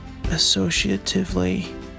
associatively